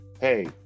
Hey